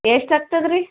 ಎಷ್ಟು ಆಗ್ತದೆ ರೀ